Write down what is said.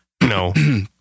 No